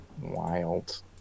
wild